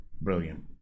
brilliant